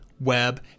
web